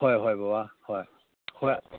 ꯍꯣꯏ ꯍꯣꯏ ꯕꯕꯥ ꯍꯣꯏ ꯍꯣꯏ